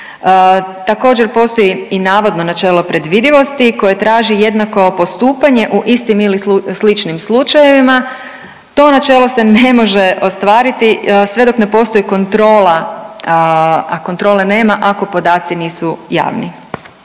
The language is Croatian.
Također postoji i navodno načelo predvidivosti koje traži jednako postupanje u istim ili sličnim slučajevima. To načelo se ne može ostvariti sve dok ne postoji kontrola, a kontrole nema ako podaci nisu javni.